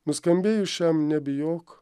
nuskambėjus šiam nebijok